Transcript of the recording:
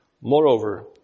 moreover